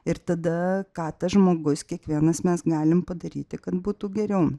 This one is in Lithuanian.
ir tada ką tas žmogus kiekvienas mes galim padaryti kad būtų geriau